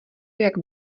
jak